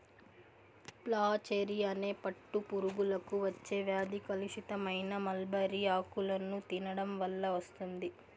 flacherie అనే పట్టు పురుగులకు వచ్చే వ్యాధి కలుషితమైన మల్బరీ ఆకులను తినడం వల్ల వస్తుంది